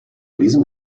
diesem